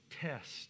test